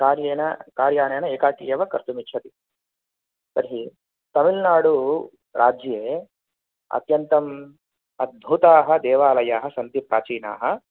कार्येन कार्यानेन एकाकी एव कर्तुमिच्छति तर्हि तमिल्नाडुराज्ये अत्यन्तम् अद्भुताः देवालयाः सन्ति प्राचीनाः